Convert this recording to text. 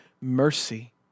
mercy